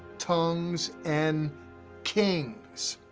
tongues, and kings.